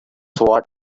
what